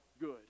good